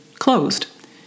Closed